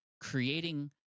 creating